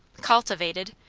cultivated!